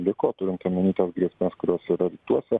liko turint omenyj tas grėsmes kurios yra rytuose